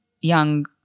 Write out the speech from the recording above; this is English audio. young